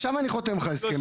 עכשיו אני חותם לך הסכם איתי.